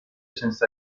senza